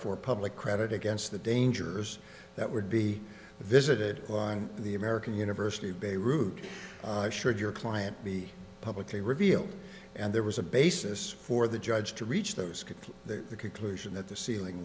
for public credit against the dangers that would be visited on the american university of beirut should your client be publicly revealed and there was a basis for the judge to reach those the conclusion that the ceiling